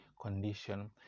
condition